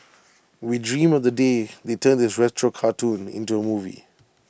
we dream of the day they turn this retro cartoon into A movie